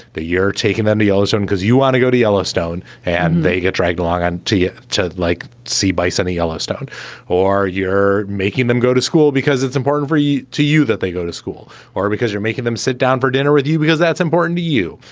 you're taking them to yellowstone because you want to go to yellowstone and they get dragged along and to you to like see bison in yellowstone or you're making them go to school because it's important for you to you that they go to school or because you're making them sit down for dinner with you, because that's important to you.